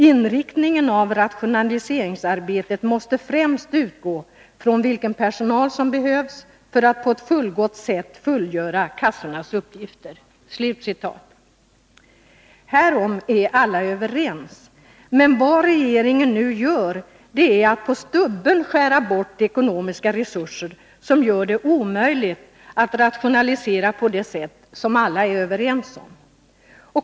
Inriktningen av rationaliseringsarbetet måste främst utgå från vilken personal som behövs för att på ett fullgott sätt fullgöra kassornas arbetsuppgifter.” Härom är alla överens. Men vad regeringen nu gör är att man omedelbart skär bort ekonomiska resurser, och därmed gör man det omöjligt att rationalisera på det sätt som alla är överens om.